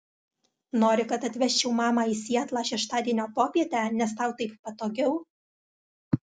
nori kad atvežčiau mamą į sietlą šeštadienio popietę nes tau taip patogiau